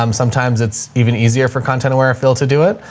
um sometimes it's even easier for content aware fill to do it.